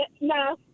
No